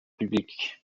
public